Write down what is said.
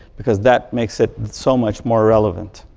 because that makes it so much more relevant.